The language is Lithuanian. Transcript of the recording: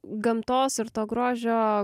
gamtos ir to grožio